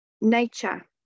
nature